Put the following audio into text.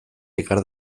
ekar